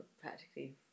practically